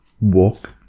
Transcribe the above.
walk